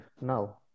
now